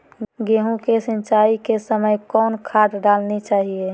गेंहू के सिंचाई के समय कौन खाद डालनी चाइये?